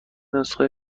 نسخه